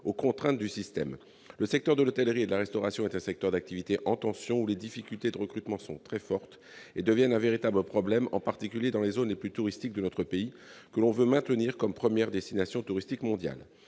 aux contraintes du système. Le secteur de l'hôtellerie et de la restauration est un secteur d'activité en tension où les difficultés de recrutement sont très fortes et deviennent un véritable problème, en particulier dans les zones les plus touristiques de notre pays, dont on souhaite qu'il demeure la première destination touristique mondiale.